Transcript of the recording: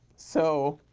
so